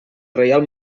reial